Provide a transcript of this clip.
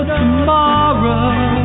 tomorrow